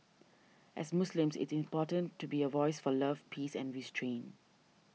as Muslims it's important to be a voice for love peace and restraint